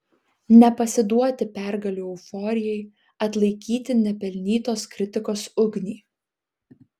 nepasiduoti pergalių euforijai atlaikyti nepelnytos kritikos ugnį